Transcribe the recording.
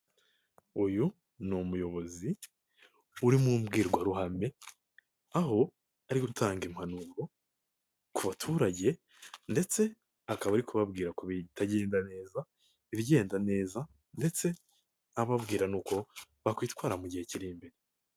Uyu ni umuyobozi uri mu mbwirwaruhame aho ari gutanga impanuro ku baturage ndetse akaba ari kubabwira ko bitagenda neza, ibigenda neza ndetse ababwira nuko uko bakwitwara mu gihe kiri imbere.